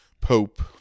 Pope